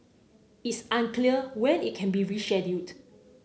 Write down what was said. it's unclear when it can be rescheduled